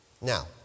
Now